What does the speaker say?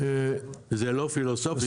זה לא פילוסופי,